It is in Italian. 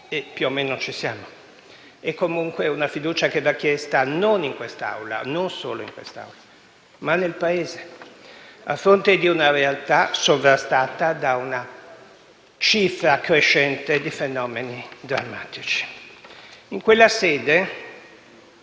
(e più o meno ci siamo) e comunque è una fiducia che va chiesta non solo in questa Assemblea, ma nel Paese, a fronte di una realtà sovrastata da una cifra crescente di fenomeni drammatici. In quella sede,